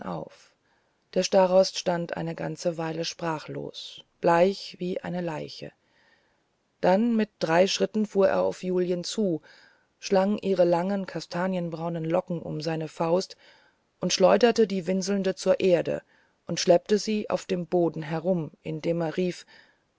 auf der starost stand eine ganze weile sprachlos bleich wie eine leiche dann mit drei schritten fuhr er auf julien zu schlang ihre langen kastanienbraunen locken um seine faust und schleuderte die winselnde zur erde und schleppte sie auf dem boden herum indem er rief